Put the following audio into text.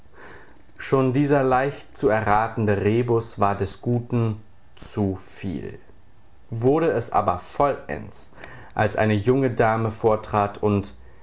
schon dieser leicht zu erratende rebus war des guten zuviel wurde es aber vollends als eine junge dame vortrat und